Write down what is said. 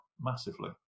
massively